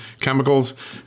chemicals